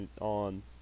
on